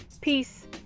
Peace